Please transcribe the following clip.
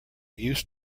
used